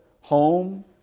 home